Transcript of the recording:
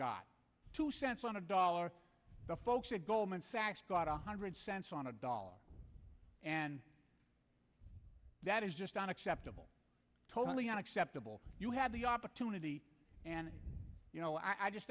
got two cents on a dollar the folks at goldman sachs got one hundred cents on a dollar and that is just unacceptable totally unacceptable you had the opportunity and you know i just